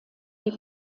die